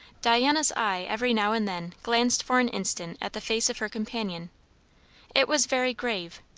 diana's eye every now and then glanced for an instant at the face of her companion it was very grave,